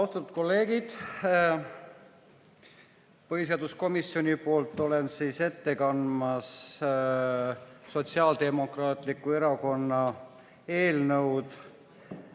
Austatud kolleegid! Põhiseaduskomisjoni poolt olen ette kandmas Sotsiaaldemokraatliku Erakonna eelnõu,